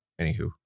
anywho